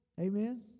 Amen